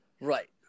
Right